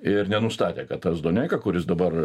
ir nenustatė kad tas doneika kuris dabar